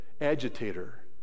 agitator